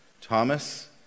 Thomas